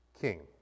king